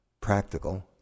practical